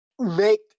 make